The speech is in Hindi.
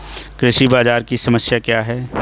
कृषि बाजार की समस्या क्या है?